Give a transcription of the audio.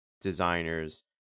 designers